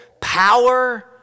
power